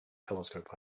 telescope